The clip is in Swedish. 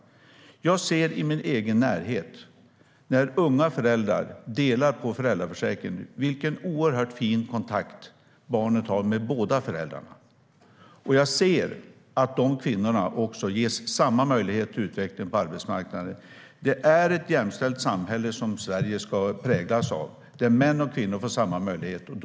Jag ser i min egen närhet vilken oerhört fin kontakt barnet har med båda föräldrarna när unga föräldrar delar på föräldraförsäkringen. Jag ser också att de kvinnorna ges samma möjlighet till utveckling på arbetsmarknaden. Sverige ska präglas av ett jämställt samhälle där män och kvinnor får samma möjligheter.